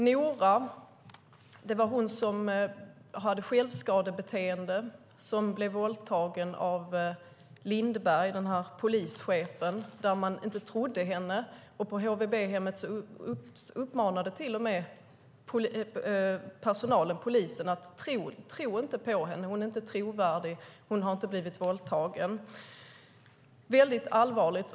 Nora hade självskadebeteende och blev våldtagen av polischef Lindberg. Ingen trodde henne. På HVB-hemmet uppmanade till och med personalen polisen att inte tro henne. De sade: Hon är inte trovärdig. Hon har inte blivit våldtagen. Det var mycket allvarligt.